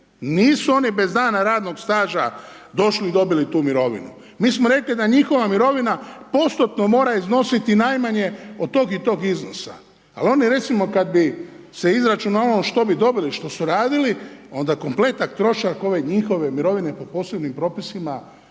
nisu oni bez dana radnog staža došli i dobili tu mirovinu. Mi smo rekli da njihova mirovina postotno mora iznositi najmanje od tog i tog iznosa. Ali ono recimo kad bi se izračunavalo što bi dobili što su radili, onda kompletan trošak ove njihove mirovine pod posebnim propisima